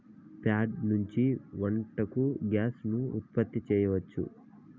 ప్యాడ నుంచి వంటకు గ్యాస్ ను ఉత్పత్తి చేయచ్చు